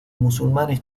musulmanes